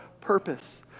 purpose